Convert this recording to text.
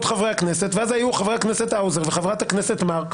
חברי הכנסת ואז היו חברי הכנסת האוזר וחברת הכנסת מארק,